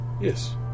Yes